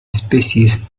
especies